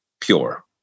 pure